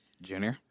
Junior